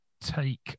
take